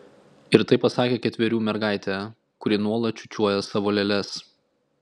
ir tai pasakė ketverių mergaitė kuri nuolat čiūčiuoja savo lėles